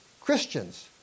Christians